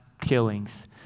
killings